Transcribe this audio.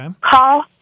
call